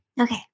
Okay